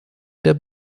der